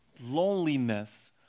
loneliness